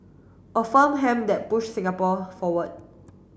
a firm hand that pushed Singapore forward